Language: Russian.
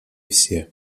все